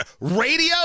radio